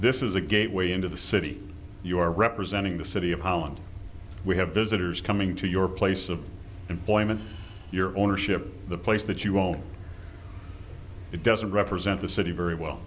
this is a gateway into the city you are representing the city of holland we have visitors coming to your place of employment your ownership the place that you own it doesn't represent the city very well